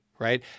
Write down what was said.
right